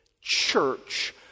church